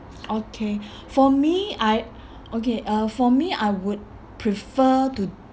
okay for me I okay uh for me I would prefer to